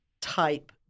type